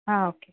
ஆ okay